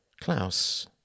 Klaus